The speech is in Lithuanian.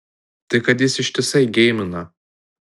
tai kad jis ištisai geimina